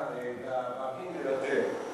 ההצעה להעביר את הנושא